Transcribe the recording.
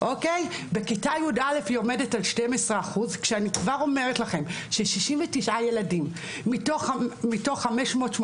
בכיתה י"א היא עומדת על 12% כשאני כבר אומרת לכם ש-69 ילדים מתוך 582